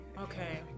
Okay